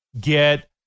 get